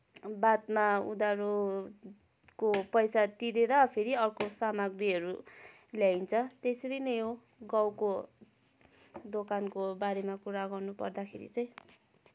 बादमा उधारोको पैसा तिरेर फेरि अर्को सामाग्रीहरू ल्याइन्छ त्यसरी नै हो गाउँको दोकानको बारेमा कुरा पर्दाखेरि चाहिँ